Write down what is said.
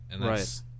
Right